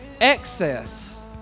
excess